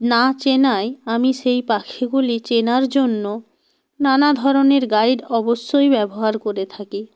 না চেনায় আমি সেই পাখিগুলি চেনার জন্য নানা ধরনের গাইড অবশ্যই ব্যবহার করে থাকি